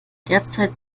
derzeit